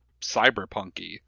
cyberpunk-y